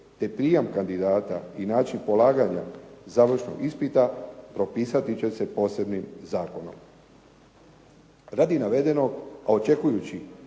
te prijam kandidata i način polaganja završnog ispita propisati će se posebnim zakonom. Radi navedenog a očekujući